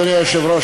אדוני היושב-ראש,